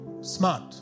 smart